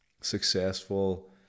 successful